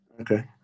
okay